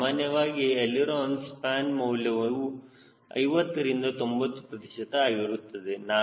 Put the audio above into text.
ಮತ್ತು ಸಾಮಾನ್ಯವಾಗಿ ಎಳಿರೋನ ಸ್ಪ್ಯಾನ್ ಮೌಲ್ಯವು 50 ರಿಂದ 90 ಪ್ರತಿಶತ ಆಗಿರುತ್ತದೆ